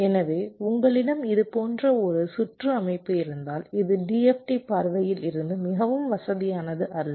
எனவே உங்களிடம் இது போன்ற ஒரு சுற்று அமைப்பு இருந்தால் இது DFT பார்வையில் இருந்து மிகவும் வசதியானது அல்ல